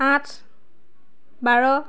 আঠ বাৰ